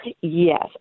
Yes